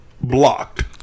blocked